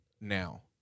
now